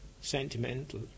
sentimental